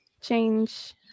Change